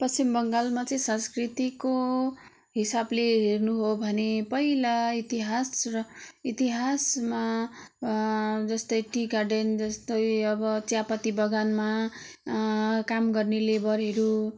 पश्चिम बङ्गालमा चाहिँ संस्कृतिको हिसाबले हेर्नु हो भने पहिला इतिहास र इतिहासमा जस्तै टी गार्डन जस्तै अब चियापत्ती बगानमा काम गर्ने लेबरहरू